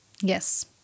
yes